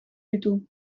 ditu